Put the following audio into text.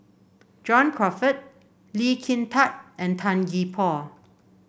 John Crawfurd Lee Kin Tat and Tan Gee Paw